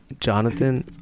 Jonathan